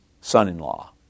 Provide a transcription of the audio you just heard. son-in-law